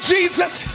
Jesus